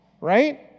right